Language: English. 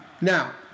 Now